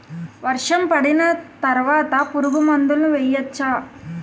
వర్షం పడిన తర్వాత పురుగు మందులను వేయచ్చా?